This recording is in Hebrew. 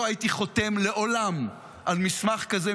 לא הייתי חותם לעולם על מסמך כזה,